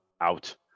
out